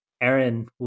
Aaron